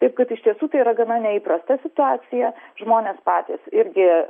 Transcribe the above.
taip kad iš tiesų tai yra gana neįprasta situacija žmonės patys irgi